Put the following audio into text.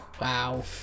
Wow